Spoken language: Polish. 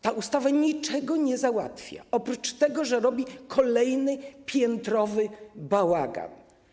Ta ustawa niczego nie załatwia, oprócz tego, że robi kolejny piętrowy bałagan.